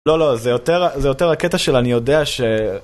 לא, לא, זה יותר הקטע של אני יודע ש...